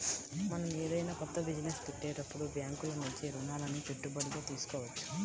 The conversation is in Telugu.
మనం ఏదైనా కొత్త బిజినెస్ పెట్టేటప్పుడు బ్యేంకుల నుంచి రుణాలని పెట్టుబడిగా తీసుకోవచ్చు